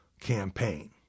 campaign